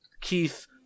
Keith